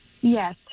Yes